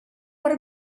what